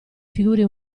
figure